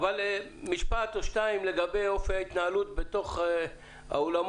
משפט או שניים לגבי אופי ההתנהלות בתוך האולמות.